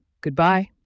Goodbye